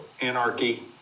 anarchy